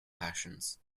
passions